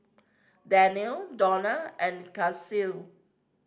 Danniel Donat and Kasie